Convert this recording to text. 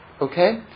Okay